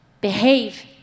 behave